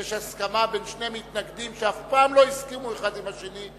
שיש הסכמה בין שני מתנגדים שאף פעם לא הסכימו האחד עם השני,